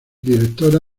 directora